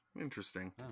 interesting